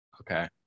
okay